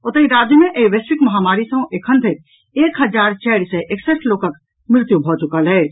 ओतहि राज्य मे एहि वैश्विक महामारी सँ एखन धरि एक हजार चारि सय एकसठि लोकक मृत्यु भऽ चुकल अछि